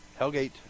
hellgate